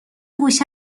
گوشه